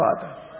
Father